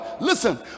listen